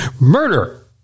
murder